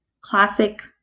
classic